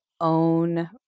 own